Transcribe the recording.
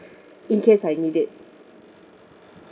in case I need it